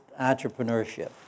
entrepreneurship